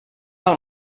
del